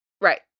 Right